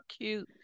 cute